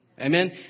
Amen